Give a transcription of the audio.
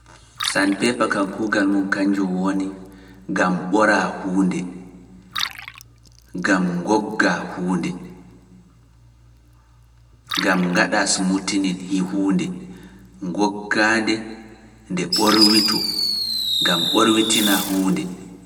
San peepa kan kuugal mum kanjum woni gam ɓoraa huunde, gam ngoogaa huunde, gam ngaɗa sumutinin huunde, ngooggaande nde ɓorwito, gam ɓorwitina huunde.